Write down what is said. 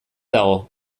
dago